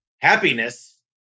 happiness